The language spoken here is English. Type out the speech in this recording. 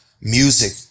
music